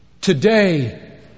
Today